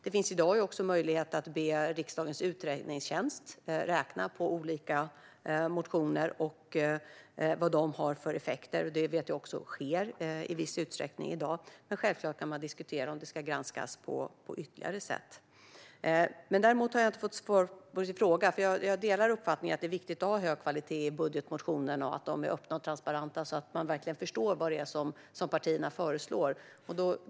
Det finns möjlighet att be riksdagens utredningstjänst att räkna på olika motioner och deras effekter, vilket också sker i viss utsträckning i dag. Självklart kan man dock diskutera om det ska granskas på ytterligare sätt. Jag har inte fått svar på min fråga. Jag delar uppfattningen att det är viktigt att ha hög kvalitet i budgetmotionerna och att de är öppna och transparenta så att man verkligen förstår vad det är som partierna föreslår.